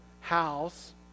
house